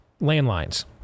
landlines